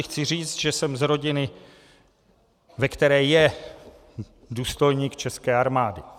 Chci říct, že jsem z rodiny, ve které je důstojník české armády.